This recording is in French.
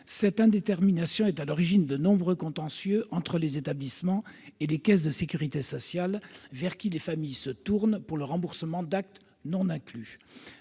Cette indétermination est à l'origine de nombreux contentieux entre les établissements et les caisses de sécurité sociale, vers lesquelles les familles se tournent pour le remboursement d'actes non inclus.